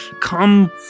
come